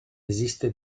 esiste